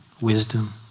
wisdom